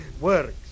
Works